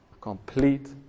complete